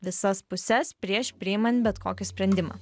visas puses prieš priimant bet kokį sprendimą